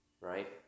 right